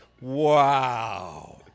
Wow